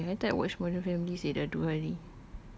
a'ah seh I want to watch more than family seh dah dua hari